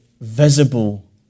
visible